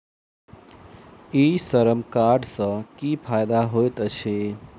ई श्रम कार्ड सँ की फायदा होइत अछि?